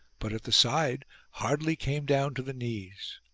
but at the side hardly came down to the knees.